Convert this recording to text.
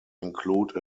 include